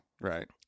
right